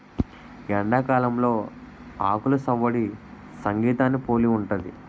ఎండాకాలంలో ఆకులు సవ్వడి సంగీతాన్ని పోలి ఉంటది